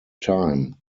time